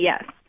yes